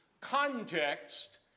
context